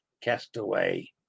Castaway